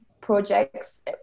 projects